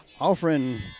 offering